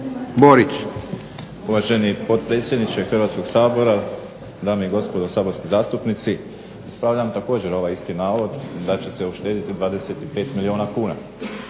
(HDZ)** Uvaženi potpredsjedniče Hrvatskog sabora, dame i gospodo saborski zastupnici. Ispravljam također ovaj isti navod da će se uštediti 25 milijuna kuna.